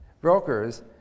brokers